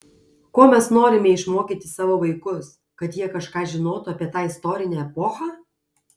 ko mes norime išmokyti savo vaikus kad jie kažką žinotų apie tą istorinę epochą